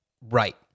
Right